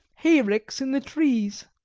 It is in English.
hay-ricks in the trees,